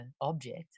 object